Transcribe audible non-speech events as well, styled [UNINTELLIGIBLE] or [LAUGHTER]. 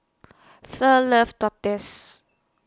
fur loves [UNINTELLIGIBLE]